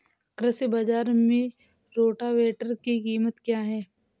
कृषि बाजार में रोटावेटर की कीमत क्या है?